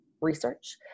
research